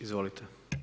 Izvolite.